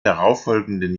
darauffolgenden